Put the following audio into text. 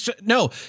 no